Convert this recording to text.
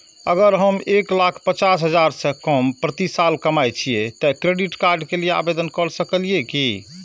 अगर हम एक लाख पचास हजार से कम प्रति साल कमाय छियै त क्रेडिट कार्ड के लिये आवेदन कर सकलियै की?